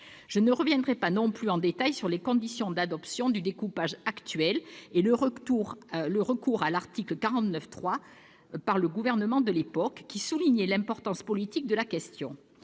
Je ne reviendrai pas non plus en détail sur les conditions d'adoption du découpage actuel et le recours à l'article 49, alinéa 3, de la Constitution par le Gouvernement de l'époque, qui soulignait l'importance politique de la question.